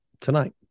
tonight